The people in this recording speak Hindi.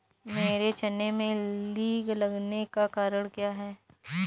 मेरे चने में इल्ली लगने का कारण क्या है?